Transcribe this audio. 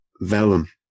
vellum